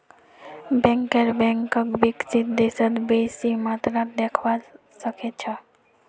banker बैंकक विकसित देशत बेसी मात्रात देखवा सके छै